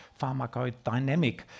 pharmacodynamic